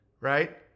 right